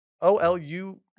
O-L-U